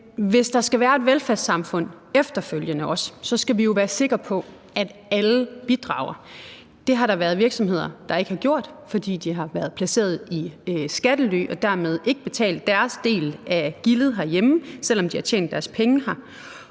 hvis der også skal være et velfærdssamfund efterfølgende, skal vi jo være sikre på, at alle bidrager. Det har der været virksomheder der ikke har gjort, fordi de har været placeret i skattely og dermed ikke betalt deres del af gildet herhjemme, selv om de har tjent deres penge her.